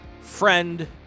friend